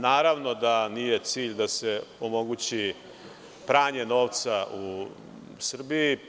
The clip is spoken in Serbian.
Naravno da nije cilj da se omogući pranje novca u Srbiji.